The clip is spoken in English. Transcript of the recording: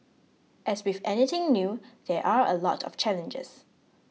as with anything new there are a lot of challenges